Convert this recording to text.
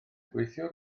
gweithiwr